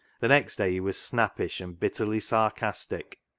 the next day he was snappish and bitterly sarcastic.